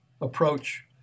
approach